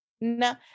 No